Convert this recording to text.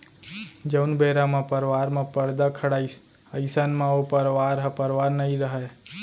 जउन बेरा म परवार म परदा खड़ाइस अइसन म ओ परवार ह परवार नइ रहय